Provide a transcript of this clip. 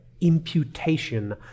imputation